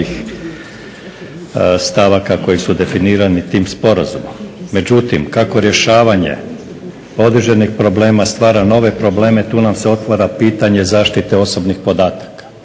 stavaka koji su definirani tim sporazumom. Međutim, kako rješavanje određenih problema stvara nove probleme tu nam se otvara pitanje zaštite osobnih podataka,